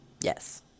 Yes